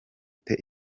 ute